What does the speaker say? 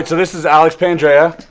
this is alex pandrea,